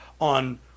on